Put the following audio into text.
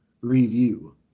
Review